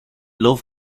loaf